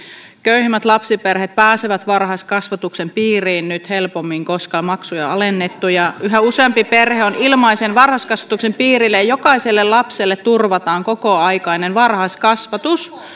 köyhimmät lapsiperheet pääsevät varhaiskasvatuksen piiriin nyt helpommin koska maksuja on alennettu ja yhä useampi perhe on ilmaisen varhaiskasvatuksen piirissä ja jokaiselle lapselle turvataan kokoaikainen varhaiskasvatus